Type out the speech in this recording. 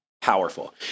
powerful